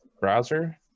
browser